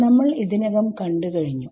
നമ്മൾ ഇതിനകം കണ്ടു കഴിഞ്ഞു